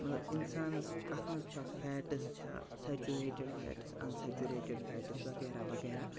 مطلب اِنسانَس اَتھ منٛز چھا فیٹٕس چھا saturated fats unsaturated fats وغیرہ وغیرہ